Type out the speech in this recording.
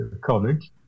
College